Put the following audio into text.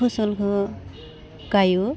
फसलखौ गाइयो